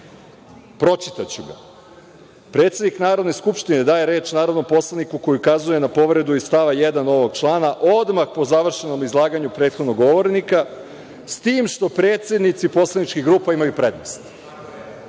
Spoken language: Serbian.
Pročitaću ga – Predsednik Narodne skupštine daje reč narodnom poslaniku koji ukazuje na povredu iz stava 1. ovog člana odmah po završenom izlaganju prethodnog govornika, s tim što predsednici poslaničkih grupa imaju prednost. Znači,